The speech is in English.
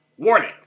Warning